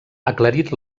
aclarit